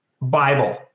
Bible